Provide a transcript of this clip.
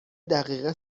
دقیقه